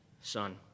son